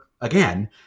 again